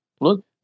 look